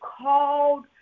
called